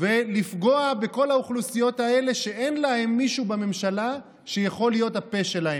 ולפגוע בכל האוכלוסיות שאין להן מישהו בממשלה שיכול להיות הפה שלהן.